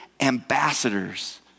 ambassadors